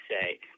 say